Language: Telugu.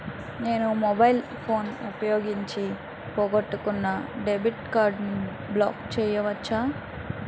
నేను మొబైల్ ఫోన్ ఉపయోగించి పోగొట్టుకున్న డెబిట్ కార్డ్ని బ్లాక్ చేయవచ్చా?